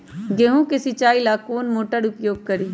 गेंहू के सिंचाई ला कौन मोटर उपयोग करी?